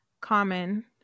common